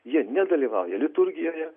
jie nedalyvauja liturgijoje